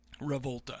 Revolta